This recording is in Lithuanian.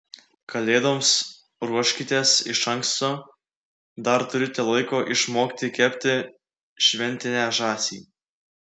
kalėdoms ruoškitės iš anksto dar turite laiko išmokti kepti šventinę žąsį